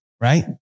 Right